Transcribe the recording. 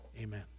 Amen